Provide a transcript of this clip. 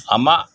ᱟᱢᱟᱜ